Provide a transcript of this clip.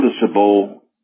noticeable